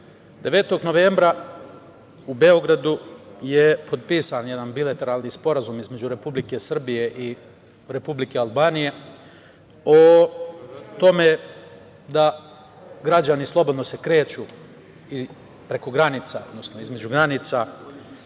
novembra u Beogradu je potpisan jedan bilateralni sporazum između Republike Srbije i Republike Albanije o tome da se građani slobodno kreću preko granica, između granica